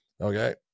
okay